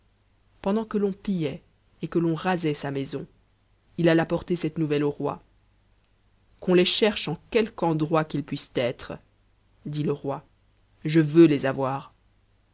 pendant que l'on pillait et que l'on rasait sa maison il alla porter cette nouvelle au roi qu'on les cherche en quelque endroit qu'ils puissent être dit le roi je veux les avoir